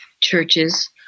churches